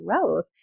growth